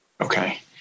okay